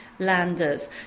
landers